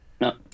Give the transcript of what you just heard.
No